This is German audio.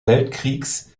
weltkriegs